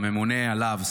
והממונה עליו,